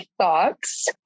thoughts